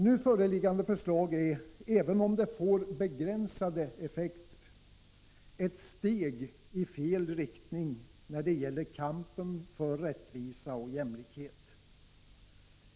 Nu föreliggande förslag är, även om det får begränsade effekter, ett steg i fel riktning när det gäller kampen för rättvisa och jämlikhet.